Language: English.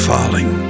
Falling